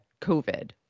COVID